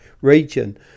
region